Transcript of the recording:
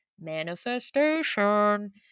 manifestation